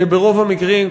שברוב המקרים,